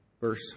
verse